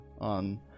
on